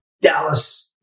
Dallas